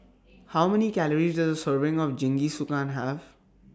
How Many Calories Does Serving of Jingisukan Have